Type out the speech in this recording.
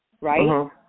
right